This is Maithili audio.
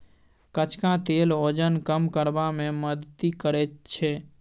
कचका तेल ओजन कम करबा मे मदति करैत छै